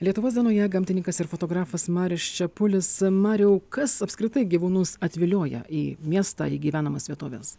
lietuvos dienoje gamtininkas ir fotografas marius čepulis mariau kas apskritai gyvūnus atvilioja į miestą į gyvenamas vietoves